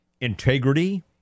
integrity